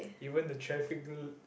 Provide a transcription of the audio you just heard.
even the traffic dude